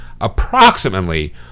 Approximately